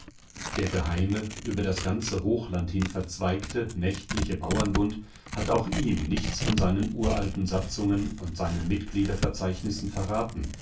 der geheime über das ganze hochland hin verzweigte nächtliche bauernbund hat auch ihm nichts von seinen uralten satzungen und seinen mitgliederverzeichnissen verraten